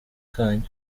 kanyu